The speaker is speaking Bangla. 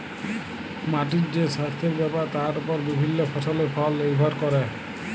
মাটির যে সাস্থের ব্যাপার তার ওপর বিভিল্য ফসলের ফল লির্ভর ক্যরে